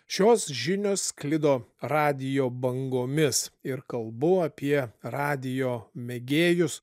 šios žinios sklido radijo bangomis ir kalbu apie radijo mėgėjus